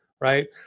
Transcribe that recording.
right